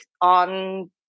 on